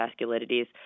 vasculitities